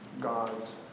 God's